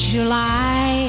July